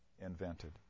invented